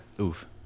oof